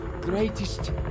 greatest